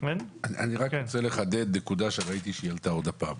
אני רק רוצה לחדד נקודה שראיתי שעלתה עוד הפעם.